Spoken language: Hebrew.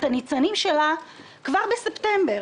את הניצנים שלה כבר בספטמבר.